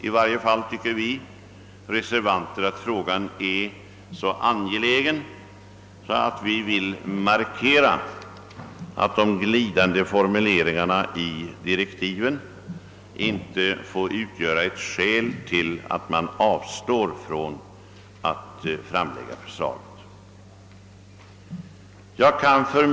I varje fall tycker vi reservanter att frågan är så angelägen, att vi vill markera att de glidande formuleringarna i direktiven inte får utgöra ett skäl till att man avstår från att framlägga ett förslag av angivet slag.